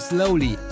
Slowly